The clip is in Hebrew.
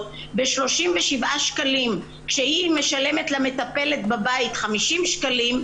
ב-37 שקלים כשהיא משלמת למטפלת בבית 50 שקלים,